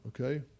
okay